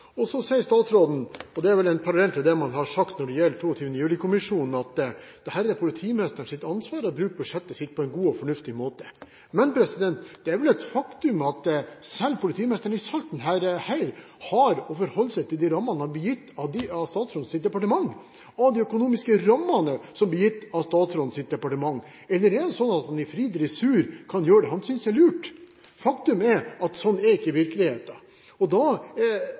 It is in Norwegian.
Så sier statsråden – og det er vel en parallell til det man har sagt når det gjelder 22. juli-kommisjonen – at her er det politimesterens ansvar å bruke budsjettet sitt på en god og fornuftig måte. Men det er vel et faktum at selv politimesteren i Salten, hr. Heir, har å forholde seg til de rammene han blir gitt av statsrådens departement, av de økonomiske rammene som blir gitt av statsrådens departement. Eller er det slik at han i fri dressur kan gjøre det han synes er lurt? Faktum er at slik er ikke virkeligheten. Da vil mitt spørsmål til statsråden være følgende: I hvor stor grad har statsråden og